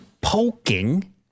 poking